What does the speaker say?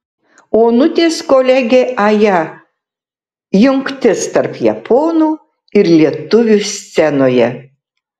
onutės kolegė aja jungtis tarp japonų ir lietuvių scenoje